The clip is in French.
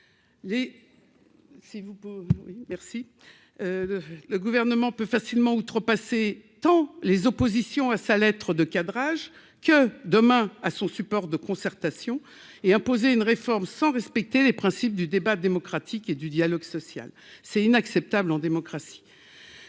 le gouvernement peut facilement outrepasser tant les oppositions à sa lettre de cadrage que demain à son support de concertation et imposer une réforme sans respecter les principes du débat démocratique et du dialogue social, c'est inacceptable en démocratie,